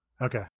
Okay